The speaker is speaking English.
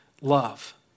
love